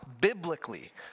Biblically